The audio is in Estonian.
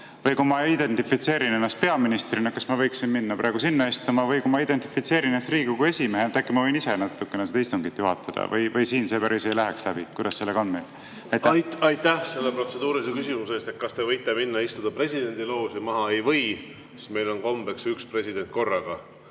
Või kui ma identifitseerin ennast peaministrina, kas ma võiksin minna praegu sinna istuma, või kui ma identifitseerin ennast Riigikogu esimehena, äkki ma võin ise natukene seda istungit juhatada? Või siin see päris ei läheks läbi? Kuidas sellega on meil? Aitäh selle protseduurilise küsimuse eest! Kas te võite minna ja istuda presidendi looži maha? Ei või, sest meil on kombeks üks president korraga